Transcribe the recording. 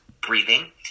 breathing